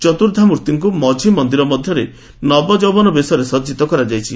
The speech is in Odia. ଚତୁର୍କ୍ଷାମର୍ତ୍ଭିଙ୍କୁ ମଝି ମନ୍ଦିର ମଧ୍ୟରେ ନବଯୌନବ ବେଶରେ ସଜିତ କରାଯାଇଛି